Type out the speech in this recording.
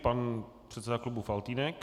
Pan předseda klubu Faltýnek.